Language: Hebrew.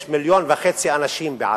יש מיליון וחצי אנשים בעזה.